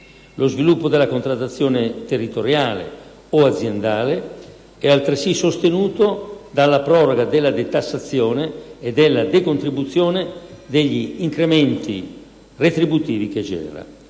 Lo sviluppo della contrattazione territoriale o aziendale è altresì sostenuto dalla proroga della detassazione e della decontribuzione degli incrementi retributivi che genera.